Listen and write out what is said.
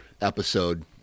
episode